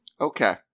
Okay